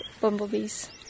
bumblebees